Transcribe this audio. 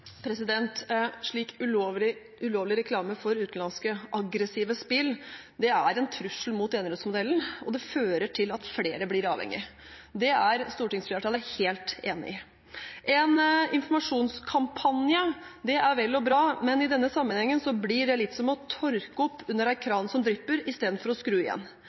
Slik ulovlig reklame for utenlandske aggressive spill er en trussel mot enerettsmodellen, og det fører til at flere blir avhengige. Det er stortingsflertallet helt enig i. En informasjonskampanje er vel og bra, men i denne sammenhengen blir det litt som å tørke opp under en kran som drypper, istedenfor å skru igjen.